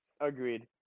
agreed